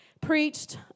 preached